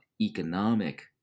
economic